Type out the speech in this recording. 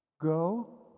Go